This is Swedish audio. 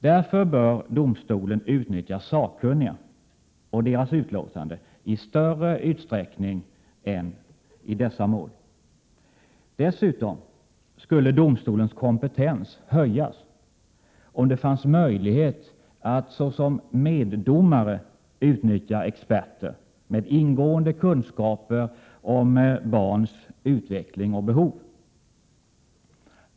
Därför bör domstolen utnyttja sakkunniga och deras 4 kompetens höjas om det fanns möjlighet att såsom meddomare utnyttja experter med ingående kunskaper om barns utveckling och behov.